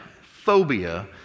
phobia